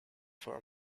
for